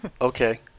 Okay